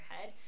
head